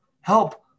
help